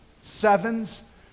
sevens